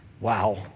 Wow